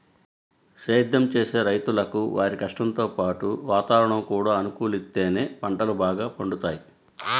సేద్దెం చేసే రైతులకు వారి కష్టంతో పాటు వాతావరణం కూడా అనుకూలిత్తేనే పంటలు బాగా పండుతయ్